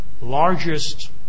largest